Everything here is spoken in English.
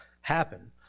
happen